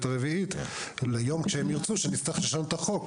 הרביעית ליום שהם ירצו ונצטרך לשנות את החוק.